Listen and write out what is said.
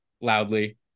loudly